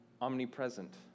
omnipresent